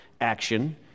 action